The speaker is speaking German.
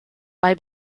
bei